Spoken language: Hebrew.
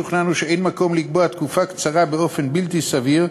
שוכנענו שאין מקום לקבוע תקופה קצרה באופן בלתי סביר,